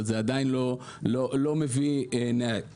אבל זה עדיין לא מביא נהגים.